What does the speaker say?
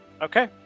Okay